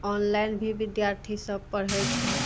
online भी विद्यार्थी सब पढ़य छै